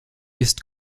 ist